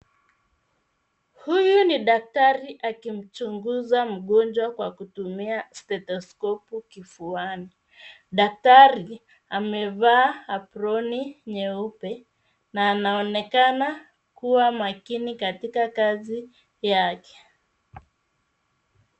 Huyu ni daktari akimchunguza mgonjwa kwa kutumia stethoskopu kifuani. Daktari amevaa aproni nyeupe, na anaonekana kuwa makini katika kazi yake.